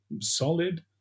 solid